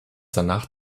danach